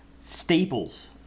staples